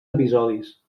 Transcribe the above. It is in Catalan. episodis